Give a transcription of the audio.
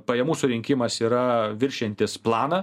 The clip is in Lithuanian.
pajamų surinkimas yra viršijantis planą